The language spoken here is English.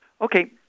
Okay